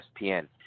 ESPN